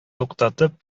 туктатып